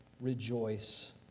rejoice